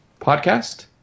podcast